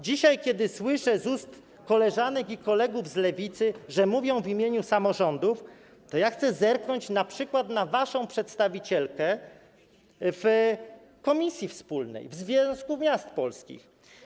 Dzisiaj, kiedy słyszę z ust koleżanek i kolegów z Lewicy, że mówią w imieniu samorządów, to ja chcę zerknąć np. na waszą przedstawicielkę w komisji wspólnej, w Związku Miast Polskich.